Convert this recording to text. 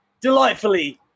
delightfully